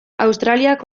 australiak